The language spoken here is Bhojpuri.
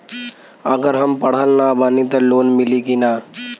अगर हम पढ़ल ना बानी त लोन मिली कि ना?